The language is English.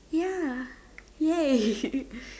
ya !yay!